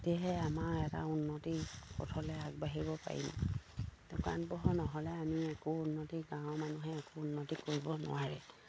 তেতিয়াহে আমাৰ এটা উন্নতি পথলে আগবাঢ়িব পাৰিম দোকান পোহাৰ নহ'লে আমি একো উন্নতি গাঁৱৰ মানুহে একো উন্নতি কৰিব নোৱাৰে